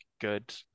good